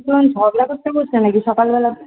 তুমি এখন ঝগড়া করতে বসবে নাকি সকালবেলাতে